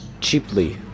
cheaply